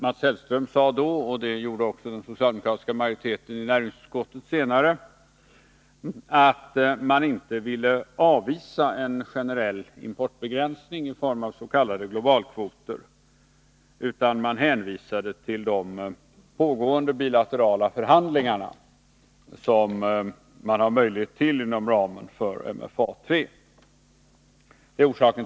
Mats Hellström sade då — och det gjorde också den socialdemokratiska majoriteten i näringsutskottet senare — att man inte ville avvisa generella importbegränsningar i form av s.k. globalkvoter utan hänvisade till de pågående bilaterala förhandlingar som man har möjlighet till inom ramen för MFA 3.